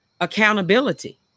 accountability